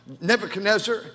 Nebuchadnezzar